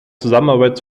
zusammenarbeit